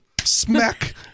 smack